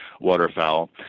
waterfowl